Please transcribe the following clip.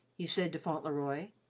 he said to fauntleroy.